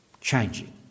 changing